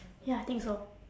ya I think so